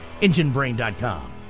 enginebrain.com